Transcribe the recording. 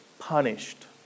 punished